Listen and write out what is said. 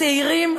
הצעירים,